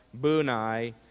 Bunai